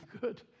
good